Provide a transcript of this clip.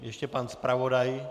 Ještě pan zpravodaj.